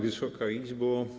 Wysoka Izbo!